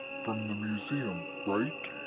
from the museum, right?